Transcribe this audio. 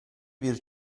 bir